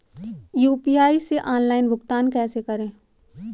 UPI से online भुगतान कैसे करें?